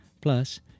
Plus